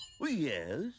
yes